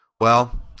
Well